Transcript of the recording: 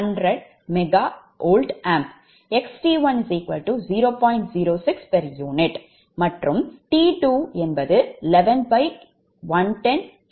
06 𝑝𝑢 மற்றும் T211110𝑘V100𝑀W xT20